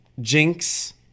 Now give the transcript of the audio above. Jinx